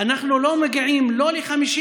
רק הנקודה הזאת, אדוני היושב-ראש.